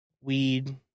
weed